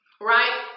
right